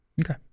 Okay